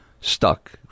stuck